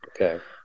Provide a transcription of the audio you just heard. Okay